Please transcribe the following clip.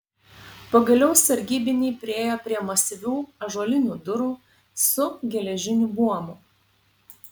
pagaliau sargybiniai priėjo prie masyvių ąžuolinių durų su geležiniu buomu